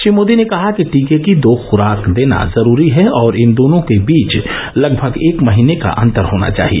श्री मोदी ने कहा कि टीके की दो खुराक देना जरूरी है और इन दोनों के बीच लगभग एक महीने का अंतर होना चाहिए